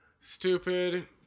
Stupid